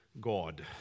God